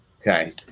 Okay